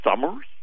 Summers